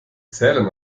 zählen